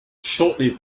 shortly